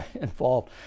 involved